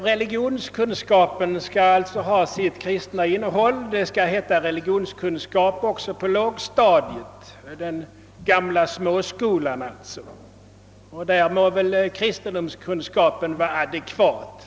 Religionskunskapen skall alltså ha sitt kristna innehåll; ämnet skall heta »religionskunskap» också på lågstadiet — i den gamla småskolan alltså. Där borde väl beteckningen »kristendomskunskap» vara adekvat.